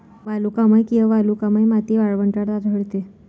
वालुकामय किंवा वालुकामय माती वाळवंटात आढळते